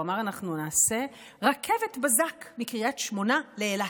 הוא אמר: אנחנו נעשה רכבת בזק מקריית שמונה לאילת.